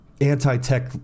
anti-tech